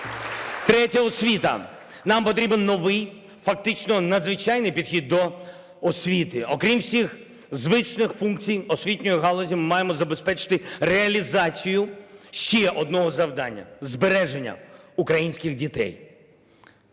Третє – освіта. Нам потрібен новий, фактично надзвичайний підхід до освіти. Окрім всіх звичних функцій освітньої галузі, ми маємо забезпечити реалізацію ще одного завдання – збереження українських дітей,